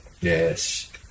Yes